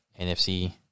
NFC